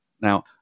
now